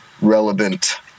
relevant